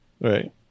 Right